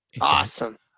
awesome